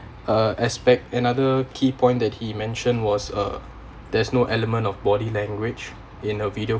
uh aspect another key point that he mentioned was uh there's no element of body language in a video